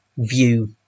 view